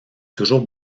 toujours